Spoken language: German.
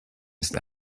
ist